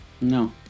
No